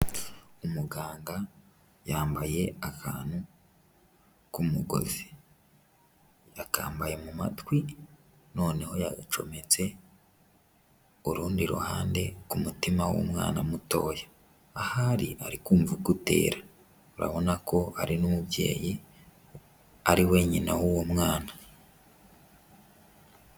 Umuganga yambaye akantu k'umugozi, yakambaye mu matwi noneho yagacometse urundi ruhande ku mutima w'umwana mutoya, ahari ari kumva uko utera urabona ko hari n'umubyeyi ari we nyina w'uwo mwana.